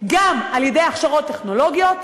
גם על-ידי הכשרות טכנולוגיות,